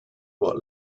what